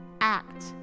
act